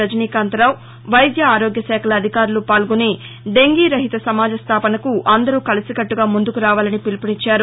రజనీకాంతరావు వైద్య ఆరోగ్య శాఖల అధికారులు పాల్గొని దెంగీ రహిత సమాజ స్థాపనకు అందరూ కలిసికట్లగా ముందుకు రావాలని పిలుపునిచ్చారు